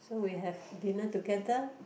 so we have dinner together